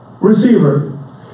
receiver